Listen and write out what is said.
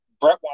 Brett